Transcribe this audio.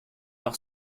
par